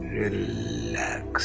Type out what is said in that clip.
relax